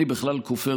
אני בכלל כופר,